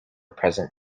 present